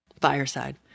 Fireside